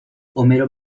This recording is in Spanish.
homero